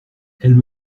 elle